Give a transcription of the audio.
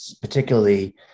particularly